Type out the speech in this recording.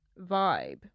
vibe